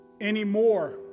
anymore